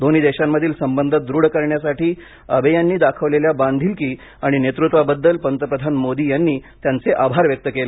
दोन्ही देशांमधील संबंध दृढ करण्यासाठी आबे यांनी दाखवलेल्या बांधिलकी आणि नेतृत्वाबद्दल पंतप्रधान मोदी यांनी त्यांचे आभार व्यक्त केले